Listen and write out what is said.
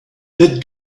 that